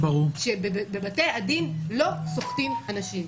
שבבתי הדין לא סוחטים אנשים.